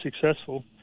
successful